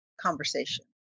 conversation